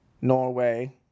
Norway